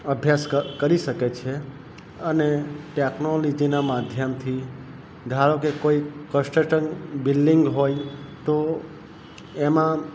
અભ્યાસ ક કરી શકે છે અને ટેક્નોલીજીના માધ્યમથી ધારો કે કોઈ કસટટન બિલ્ડિંગ હોય તો એમાં